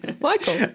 Michael